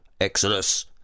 Exodus